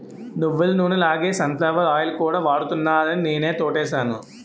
నువ్వులనూనె లాగే sunflower oil కూడా వాడుతున్నారాని నేనా తోటేసాను